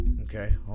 Okay